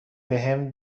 بهم